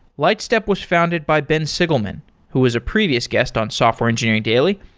lightstep was founded by ben sigelman who was a previous guest on software engineering daily.